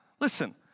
listen